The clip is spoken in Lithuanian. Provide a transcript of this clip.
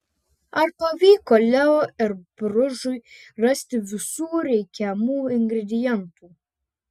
ar pavyko leo ir bružui rasti visų reikiamų ingredientų